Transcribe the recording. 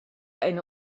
eine